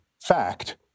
fact